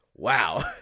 Wow